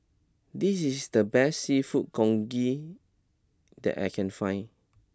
this is the best Seafood Congee that I can find